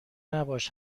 نباش